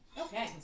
Okay